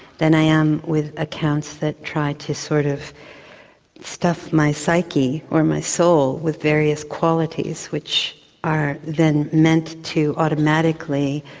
than i am with accounts that try to sort of stuff my psyche or my soul with various qualities which are then meant to automatically